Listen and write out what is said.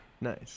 Nice